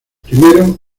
primero